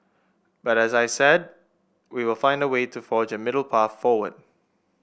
but as I said we will find a way to forge a middle path forward